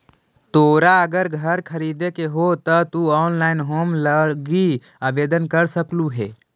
तोरा अगर घर खरीदे के हो त तु ऑनलाइन होम लोन लागी आवेदन कर सकलहुं हे